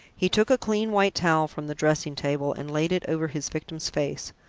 he took a clean white towel from the dressing-table and laid it over his victim's face.